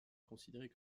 considérés